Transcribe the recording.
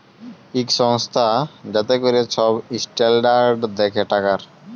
ইক সংস্থা যাতে ক্যরে ছব ইসট্যালডাড় দ্যাখে টাকার